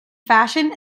fashion